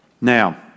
Now